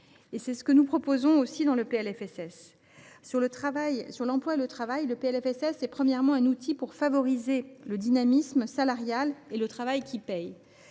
C’est ce que nous proposons aussi au travers de ce PLFSS. Sur l’emploi et le travail, le PLFSS est d’abord un outil pour favoriser le dynamisme salarial et le travail qui paie.